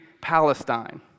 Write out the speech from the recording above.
Palestine